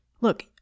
look